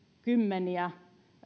kymmeniä